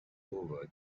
over